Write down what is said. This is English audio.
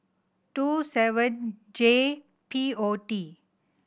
two seven J P O T